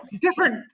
different